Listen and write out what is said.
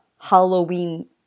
Halloween